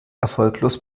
erfolglos